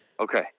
Okay